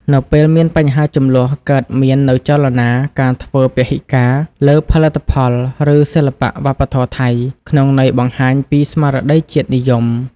នៅពេលមានបញ្ហាជម្លោះ កើតមាននូវចលនា ការធ្វើពហិការ លើផលិតផល ឬសិល្បៈវប្បធម៌ថៃ ក្នុងន័យបង្ហាញពី ស្មារតីជាតិនិយម។